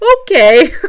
okay